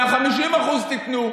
150% תיתנו.